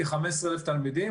בכל המוסדות יש כ-15,000 תלמידים.